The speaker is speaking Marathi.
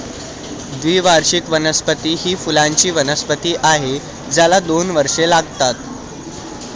द्विवार्षिक वनस्पती ही फुलांची वनस्पती आहे ज्याला दोन वर्षे लागतात